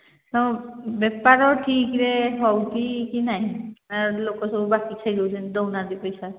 ତ ବେପାର ଠିକ ରେ ହଉଛି କି ନାହିଁ ନା ଲୋକ ସବୁ ବାକି ଖାଇ ଦଉଛନ୍ତି ଦଉ ନାହାନ୍ତି ପଇସା